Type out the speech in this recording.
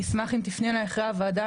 אשמח אם תפני אלי אחרי הוועדה,